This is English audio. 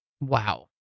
wow